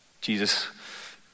Jesus